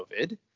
COVID